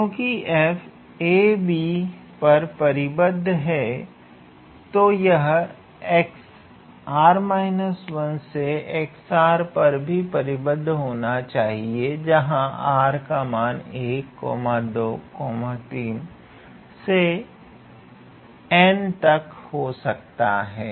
क्योंकि f 𝑎b पर परिबद्ध है तो यह से पर भी परिबद्ध होना चाहिए जहां 𝑟 का मान 123 से 𝑛 तक हो सकता है